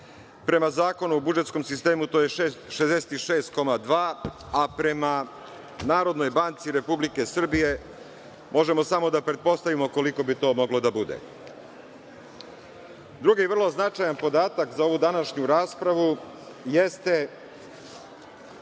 prema Zakonu o budžetskom sistemu to je 66,2%, a prema Narodnoj banci Republike Srbije možemo samo da pretpostavimo koliko bi to moglo da bude. Drugi vrlo značajan podatak za ovu današnju raspravu jeste